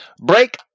break